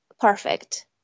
perfect